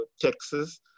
Texas